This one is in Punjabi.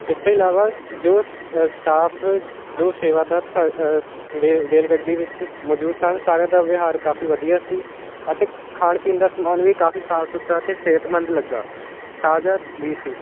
ਇਸ ਤੋਂ ਇਲਾਵਾ ਜੋ ਸ ਸਟਾਫ ਜੋ ਸੇਵਾਦਾਰ ਸਾਰੇ ਰੇ ਰੇਲ ਗੱਡੀ ਵਿੱਚ ਮੌਜੂਦ ਸਨ ਸਾਰਿਆਂ ਦਾ ਵਿਹਾਰ ਕਾਫੀ ਵਧੀਆ ਸੀ ਅਤੇ ਖਾਣ ਪੀਣ ਦਾ ਸਮਾਨ ਵੀ ਕਾਫੀ ਸਾਫ ਸੁਥਰਾ ਅਤੇ ਸਿਹਤਮੰਦ ਲੱਗਾ ਤਾਜ਼ਾ ਵੀ ਸੀ